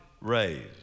raised